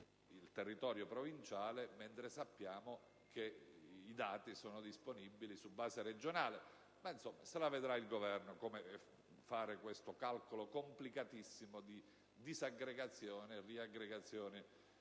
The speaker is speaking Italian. riferimento la Provincia, mentre sappiamo che i dati sono disponibili su base regionale. In ogni caso, vedrà il Governo come fare questo calcolo complicatissimo di disaggregazione e riaggregazione